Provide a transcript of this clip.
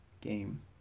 game